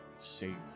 save